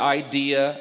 idea